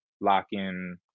lock-in